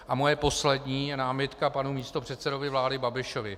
A moje poslední námitka panu místopředsedovi vlády Babišovi.